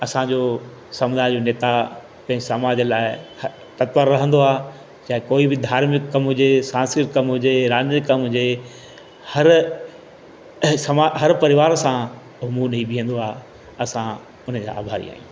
असांजो समुदाय जो नेता पंहिंजे समाज लाइ ततपर रहंदो आहे चाहे कोई बि धार्मिक कमु हुजे सांस्कृत कमु हुजे कमु हुजे हर समय हर परिवार सां उहो मुंहुं ॾई बीहंदो आहे असां उन जा आभारी आहियूं